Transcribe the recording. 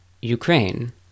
ukraine